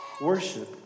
worship